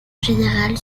générale